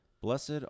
Blessed